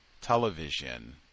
television